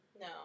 No